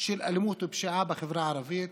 של אלימות ופשיעה בחברה הערבית,